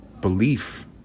belief